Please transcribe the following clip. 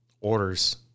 orders